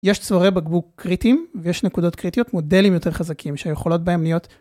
יש צוארי בקבוק קריטיים ויש נקודות קריטיות מודלים יותר חזקים שהיכולות בהן נהיות.